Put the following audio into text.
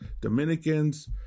Dominicans